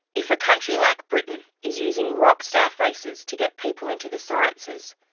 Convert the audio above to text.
if a country like britain is using rock-star faces to get people into the sciences,